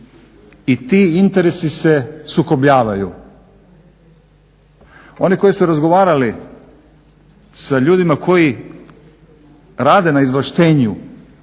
i ti interesi se sukobljavaju. Oni koji su razgovarali sa ljudima koji rade na izvlaštenju